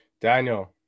Daniel